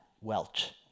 Welch